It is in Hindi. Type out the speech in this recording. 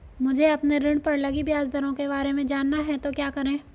मुझे अपने ऋण पर लगी ब्याज दरों के बारे में जानना है तो क्या करें?